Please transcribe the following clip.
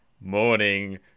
morning